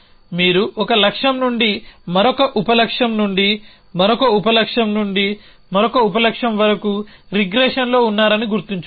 మీరు ఒకలక్ష్యం నుండి మరొక ఉప లక్ష్యం నుండి మరొక ఉప లక్ష్యం నుండి మరొక ఉప లక్ష్యం వరకు రిగ్రెషన్లో ఉన్నారని గుర్తుంచుకోండి